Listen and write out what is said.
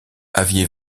aviez